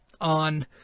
on